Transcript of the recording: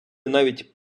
навіть